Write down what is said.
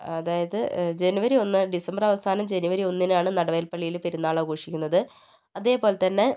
അതായത് ജനുവരി ഒന്ന് ഡിസംബർ അവസാനം ജനുവരി ഒന്നിനാണ് നടവേൽപ്പള്ളിയിൽ പെരുന്നാള് ആഘോഷിക്കുന്നത് അതേപോലെത്തന്നെ